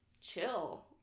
chill